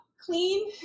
clean